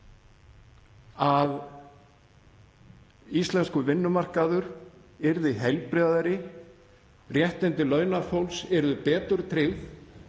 að íslenskur vinnumarkaður yrði heilbrigðari og réttindi launafólks yrðu betur tryggð